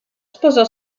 sposò